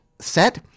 set